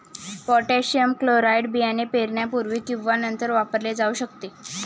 potassium chloride बियाणे पेरण्यापूर्वी किंवा नंतर वापरले जाऊ शकते